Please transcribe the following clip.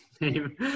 name